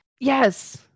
yes